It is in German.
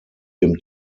dem